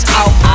out